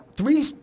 Three